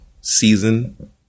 season